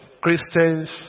Christians